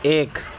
ایک